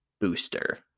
booster